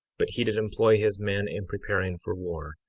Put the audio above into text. but he did employ his men in preparing for war,